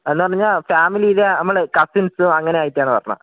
അല്ലാ പിന്നെ ഫാമിലിയിലെ നമ്മൾ കസിൻസ് അങ്ങനെ ആയിട്ടാണ് വരുന്നത്